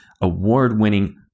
award-winning